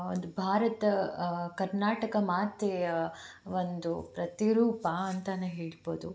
ಒಂದು ಭಾರತ ಕರ್ನಾಟಕ ಮಾತೆಯ ಒಂದು ಪ್ರತಿರೂಪ ಅಂತ ಹೇಳ್ಬೊದು